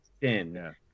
Sin